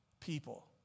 people